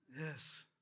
Yes